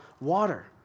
water